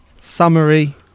Summary